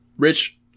Rich